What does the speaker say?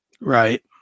right